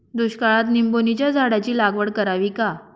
दुष्काळात निंबोणीच्या झाडाची लागवड करावी का?